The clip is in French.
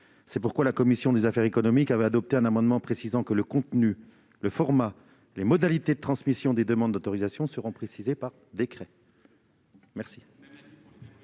C'est pourquoi la commission des affaires économiques avait adopté un amendement tendant à indiquer que le contenu, le format et les modalités de transmission des demandes d'autorisation seront précisés par décret. Dès